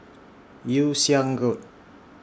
Yew Siang Road